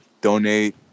Donate